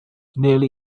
nearly